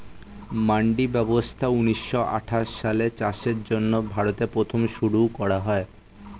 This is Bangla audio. মান্ডি ব্যবস্থা ঊন্নিশো আঠাশ সালে চাষের জন্য ভারতে প্রথম শুরু করা হয়